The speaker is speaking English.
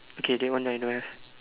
okay that one then I don't have